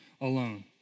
alone